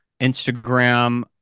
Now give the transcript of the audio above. instagram